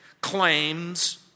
claims